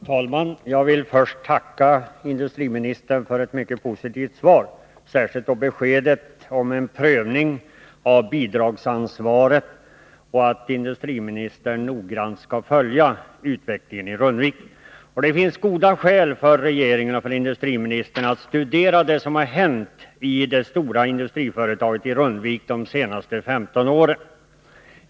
Herr talman! Jag vill först tacka industriministern för ett mycket positivt svar. Jag tänker särskilt på beskedet om en prövning av bidragsansvaret och löftet att industriministern noggrant skall följa utvecklingen i Rundvik. Det finns goda skäl för regeringen och industriministern att studera det som har hänt i det stora industriföretaget i Rundvik de senaste 15 åren.